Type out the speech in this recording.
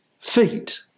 feet